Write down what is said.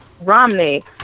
Romney